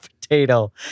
potato